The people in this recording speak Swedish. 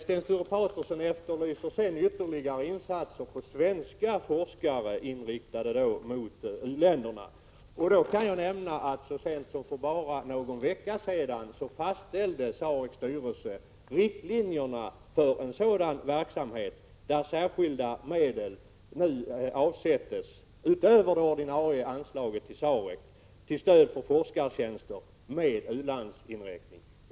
Sten Sture Paterson efterlyser sedan ytterligare insatser av svenska forskare, inriktade mot u-länderna. Då kan jag nämna att så sent som för bara någon vecka sedan fastställde SAREC:s styrelse riktlinjerna för en sådan verksamhet. Särskilda medel avsätts nu, utöver det ordinarie anslaget till SAREC, för forskartjänster med u-landsinriktning.